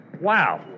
wow